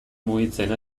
mugitzen